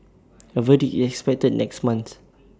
A verdict is expected next month